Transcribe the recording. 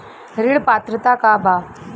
ऋण पात्रता का बा?